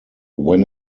when